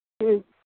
ꯎꯝ